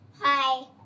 Hi